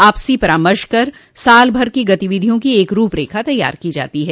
आपसी परामर्श कर साल भर की गतिविधियों की एक रूपरेखा तैयार की जाती है